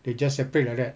they just separate like that